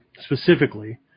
specifically